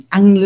Ang